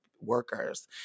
workers